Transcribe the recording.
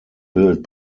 bild